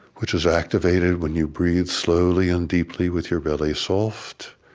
which is activated when you breathe slowly and deeply with your belly soft,